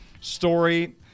story